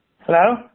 Hello